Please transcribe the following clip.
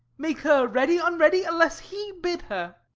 make her ready, unready, unless he bid her.